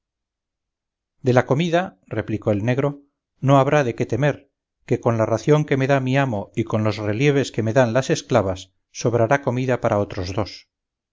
de la comida replicó el negro no habrá de qué temer que con la ración que me da mi amo y con los relieves que me dan las esclavas sobrará comida para otros dos